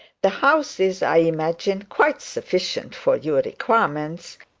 the house is, i imagine, quite sufficient for your requirements